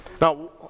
Now